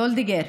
וולדיגר,